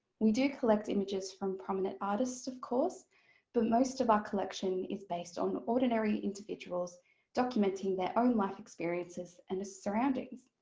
we do collect images from prominent artists, of course but most of our collection is based on ordinary individuals documenting their own life experiences and their surroundings.